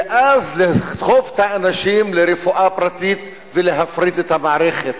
ואז לדחוף את האנשים לרפואה פרטית ולהפריט את המערכת.